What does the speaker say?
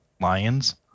Lions